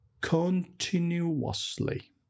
continuously